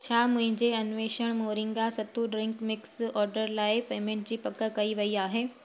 छा मुंहिंजे अन्वेषण moringa sattu drink mix order लाइ पेमेंट जी पक कई वेई आहे